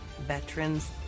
veterans